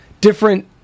different